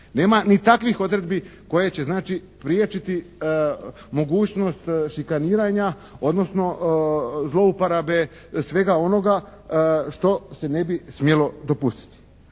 Nema ni takvih odredbi koje će znači priječiti mogućnost šikaniranja odnosno zlouporabe svega onoga što se ne bi smjelo dopustiti.